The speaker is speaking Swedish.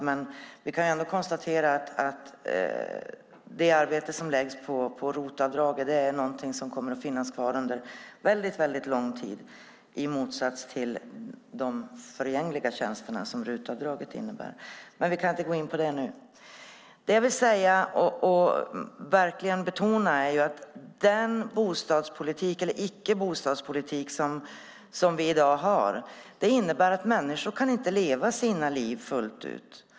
Men vi kan ändå konstatera att det arbete som läggs på ROT-avdrag är något som kommer att finnas kvar under mycket lång tid, i motsats till de förgängliga tjänster som RUT-avdraget innebär. Men vi kan inte gå in på det nu. Jag vill verkligen betona att den bostadspolitik eller icke-bostadspolitik som vi har i dag innebär att människor inte kan leva sina liv fullt ut.